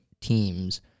teams